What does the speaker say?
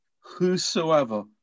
Whosoever